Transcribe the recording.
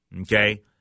okay